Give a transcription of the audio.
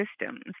systems